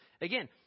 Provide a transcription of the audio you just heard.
Again